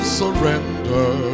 surrender